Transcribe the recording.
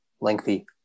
lengthy